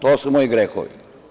To su moji grehovi.